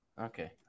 Okay